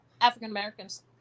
african-americans